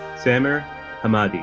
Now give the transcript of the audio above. samer hamade.